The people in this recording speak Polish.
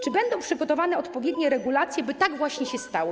Czy będą przygotowane odpowiednie regulacje, by tak właśnie się stało?